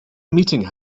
meeting